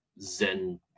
zen